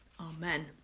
Amen